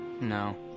No